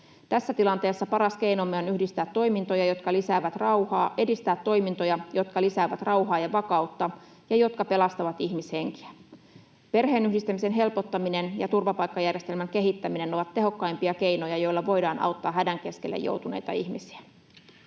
Tässä tilanteessa paras keinomme on edistää toimintoja, jotka lisäävät rauhaa ja vakautta ja jotka pelastavat ihmishenkiä. Perheenyhdistämisen helpottaminen ja turvapaikkajärjestelmän kehittäminen ovat tehokkaimpia keinoja, joilla voidaan auttaa hädän keskelle joutuneita ihmisiä.